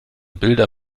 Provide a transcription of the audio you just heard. bilder